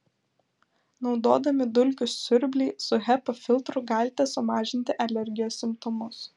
naudodami dulkių siurblį su hepa filtru galite sumažinti alergijos simptomus